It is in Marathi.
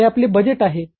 हे आपले बजेट आहे